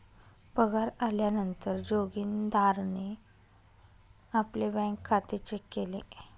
पगार आल्या नंतर जोगीन्दारणे आपले बँक खाते चेक केले